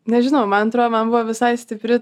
nežinau man atro man buvo visai stipri